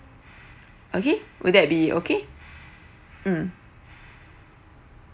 okay would that be okay mm